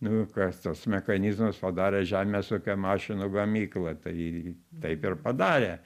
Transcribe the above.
nu kas tuos mechanizmus padarė žemės ūkio mašinų gamykla tai taip ir padarė